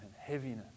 heaviness